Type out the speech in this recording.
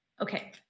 okay